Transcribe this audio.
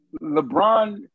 LeBron